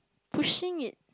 pushing it